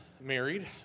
married